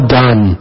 done